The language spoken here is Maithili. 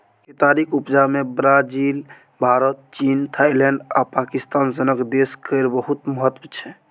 केतारीक उपजा मे ब्राजील, भारत, चीन, थाइलैंड आ पाकिस्तान सनक देश केर बहुत महत्व छै